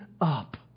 up